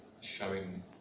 showing